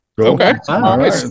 okay